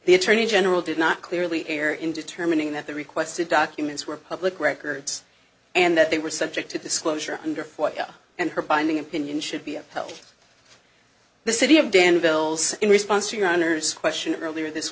the attorney general did not clearly err in determining that the requested documents were public records and that they were subject to disclosure under florida and her binding opinion should be upheld the city of danville says in response to your honor's question earlier this